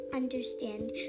Understand